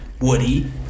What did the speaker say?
woody